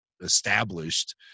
established